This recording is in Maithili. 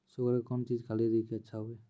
शुगर के कौन चीज खाली दी कि अच्छा हुए?